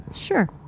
Sure